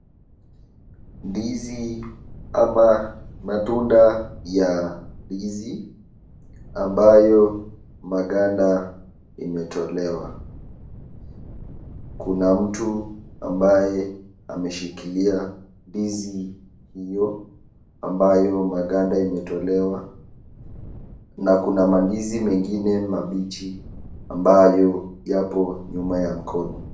Ndizi ama matunda ya ndizi ambayo maganda imetolewa. Kuna mtu ambaye ameshikilia ndizi hiyo ambayo maganda imetolewa na kuna mandizi mengine mabichi ambayo yako nyuma ya mkono.